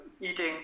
eating